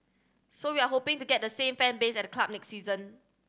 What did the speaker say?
so we're hoping to get the same fan base at the club next season